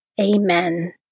Amen